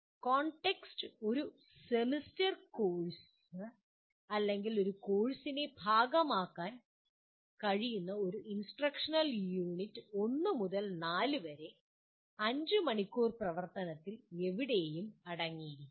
context ഒരു semester course അല്ലെങ്കിൽ ഒരു കോഴ്സിന്റെ ഭാഗമാകാൻ കഴിയുന്ന ഒരു ഇൻസ്ട്രക്ഷണൽ യൂണിറ്റ് 1 മുതൽ 4 വരെ 5 മണിക്കൂർ പ്രവർത്തനത്തിൽ എവിടെയും അടങ്ങിയിരിക്കാം